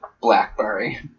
blackberry